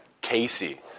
Casey